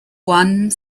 one